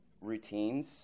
routines